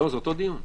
לא, זה אותו דיון.